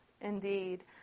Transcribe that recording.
indeed